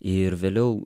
ir vėliau